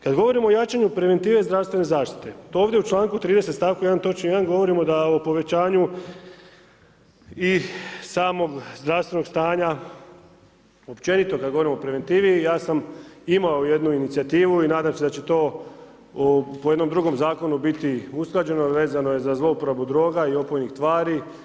Kad govorimo o jačanju preventive zdravstvene zaštite to ovdje u članku 30.stavku 1.točki 1. govorimo da o povećanju i samog zdravstvenog stanja općenito kad govorimo o preventivi ja sam imao jednu inicijativu i nadam se da će to po jednom drugom zakonu biti usklađeno, vezano je za uporabu droga i opojnih tvari.